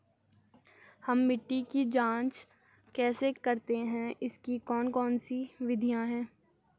हम मिट्टी की जांच कैसे करते हैं इसकी कौन कौन सी विधियाँ है?